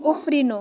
उफ्रिनु